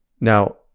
Now